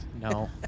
No